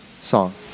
song